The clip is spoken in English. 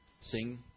sing